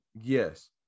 Yes